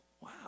Wow